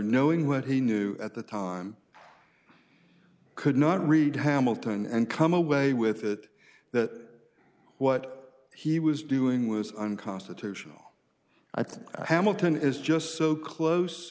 knowing what he knew at the time could not read hamilton and come away with it that what he was doing was unconstitutional i think hamilton is just so close